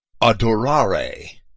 adorare